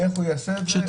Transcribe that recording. איך הוא יעשה את זה.